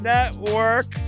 Network